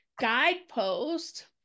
guidepost